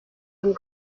and